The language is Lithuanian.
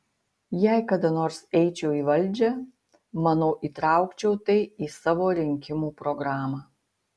jei kada nors eičiau į valdžią manau įtraukčiau tai į savo rinkimų programą